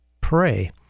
pray